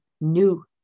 new